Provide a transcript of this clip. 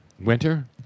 Winter